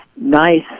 nice